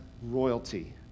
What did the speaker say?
royalty